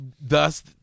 thus